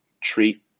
treat